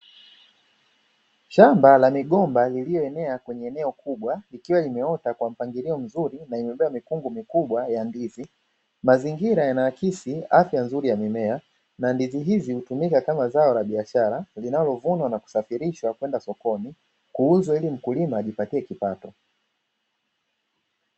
Shamba la migomba lililoenea kwenye eneo kubwa likiwa limeota kwa mpangilio mzuri na limebeba mikungu mikubwa ya ndizi. Mazingira yanaakisi afya nzuri ya mimea na ndizi hizi hutumika kama zao la biashara linalovunwa na kusafirishwa kwenda sokoni kuuzwa ili mkulima ajipatie kipato.